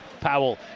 Powell